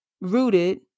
rooted